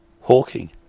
hawking